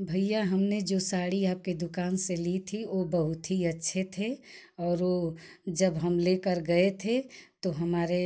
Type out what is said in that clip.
भैया हमने जो साड़ी आपकी दुकान से ली थी वह बहुत ही अच्छी थी और वह जब हम लेकर गए थे तो हमारे